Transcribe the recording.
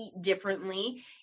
differently